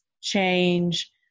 change